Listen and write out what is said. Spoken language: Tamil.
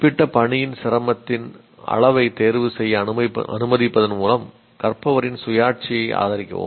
குறிப்பிட்ட பணியின் சிரமத்தின் அளவைத் தேர்வுசெய்ய அனுமதிப்பதன் மூலம் கற்பவரின் சுயாட்சியை ஆதரிக்கவும்